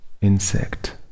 insect